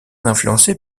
influencés